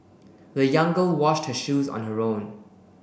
the young girl washed her shoes on her own